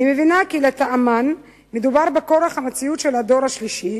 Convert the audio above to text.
אני מבינה כי לטעמן מדובר בכורח המציאות של הדור השלישי,